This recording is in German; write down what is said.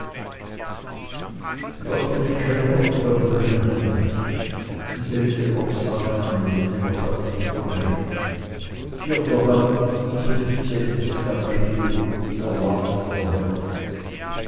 fünfzehntes kapitel der lauf der welt